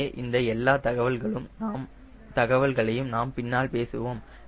எனவே இந்த எல்லா தகவல்களையும் நாம் பின்னால் பேசுவோம்